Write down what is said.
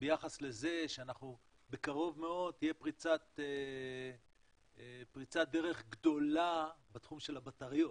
ביחס לזה שבקרוב מאוד תהיה פריצת דרך גדולה בתחום של הבטריות.